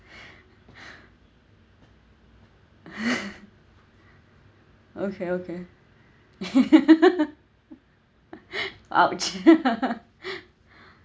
okay okay !ouch!